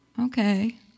Okay